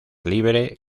libre